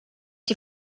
die